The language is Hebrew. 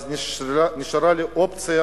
אז נשארה אופציה